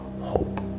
hope